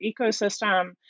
ecosystem